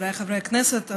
חבריי חברי הכנסת,